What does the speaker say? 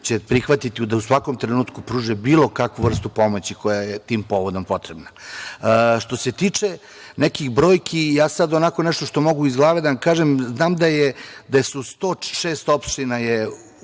će prihvatiti da u svakom trenutku pruže bilo kakvu vrstu pomoći koja je tim povodom potrebna. Što se tiče nekih brojki, ja sad onako nešto što mogu iz glave da vam kažem, znam da je 106 opština,